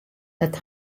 dat